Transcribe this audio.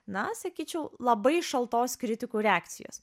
na sakyčiau labai šaltos kritikų reakcijos